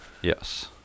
Yes